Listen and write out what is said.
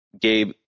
gabe